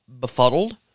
befuddled